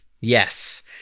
Yes